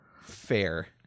Fair